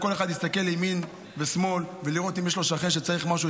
וכל אחד יסתכל לימין ושמאל לראות אם יש לו שכן שצריך משהו,